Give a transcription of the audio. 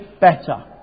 better